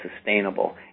sustainable